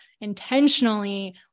intentionally